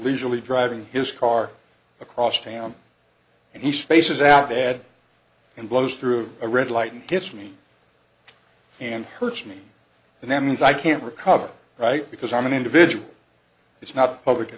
legally driving his car across town and he spaces out the ad and blows through a red light and gets me and hurts me and that means i can't recover right because i'm an individual it's not public at